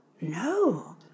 No